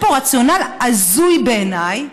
יש פה רציונל הזוי, בעיניי,